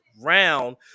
round